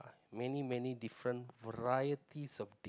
many many different varieties of